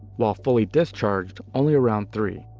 while fully discharged, only around three.